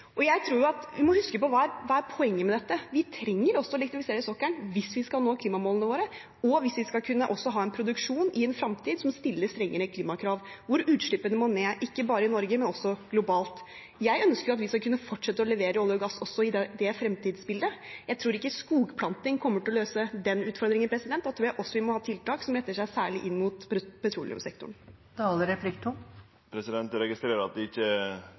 Jeg tror vi må huske på hva som er poenget med dette. Vi trenger å elektrifisere sokkelen hvis vi skal nå klimamålene våre, og hvis vi skal kunne ha en produksjon i en fremtid som stiller strengere klimakrav, hvor utslippene må ned, ikke bare i Norge, men også globalt. Jeg ønsker jo at vi skal kunne fortsette å levere olje og gass også i det fremtidsbildet. Jeg tror ikke skogplanting kommer til å løse den utfordringen. Da tror jeg vi også må ha tiltak som retter seg særlig inn mot petroleumssektoren. Eg registrerer at det heller ikkje denne gongen kjem noko konkret svar på kor mykje vindkraft som må byggjast ut, og grunnen til det er